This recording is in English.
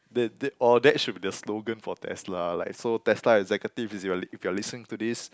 that that oh that should be the slogan for Tesla like so Tesla executive if you're if you're listening to this